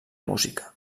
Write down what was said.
música